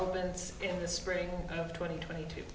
opens in the spring of twenty twenty two